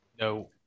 No